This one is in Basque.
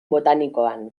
botanikoan